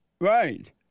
Right